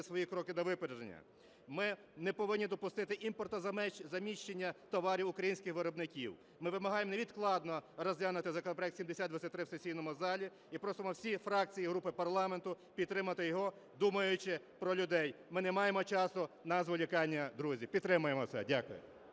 свої кроки на випередження. Ми не повинні допустити імпортозаміщення товарів українських виробників. Ми вимагаємо невідкладно розглянути законопроект 7023 в сесійному залі і просимо всі фракції і групи парламенту підтримати його, думаючи про людей. Ми не маємо часу на зволікання, друзі. Підтримаємо це. Дякую.